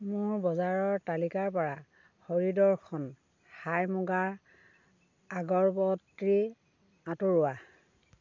মোৰ বজাৰৰ তালিকাৰপৰা হৰি দৰ্শন সাই মোগাৰ আগৰবট্টি আঁতৰোৱা